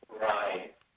Right